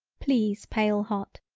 please pale hot,